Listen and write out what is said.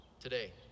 today